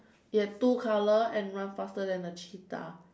it have two color and run faster than a cheetah